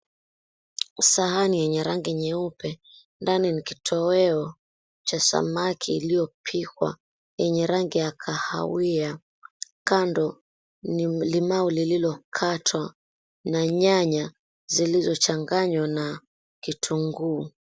Sahani yenye rangi nyeupe. Ndani ni kitoweo cha samaki iliyopikwa yenye rangi ya kahawia. Kando ni limau lililokatwa na nyanya zilizochanganywa na kitunguu.